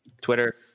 Twitter